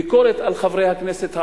ביקורת על חברי הכנסת הערבים,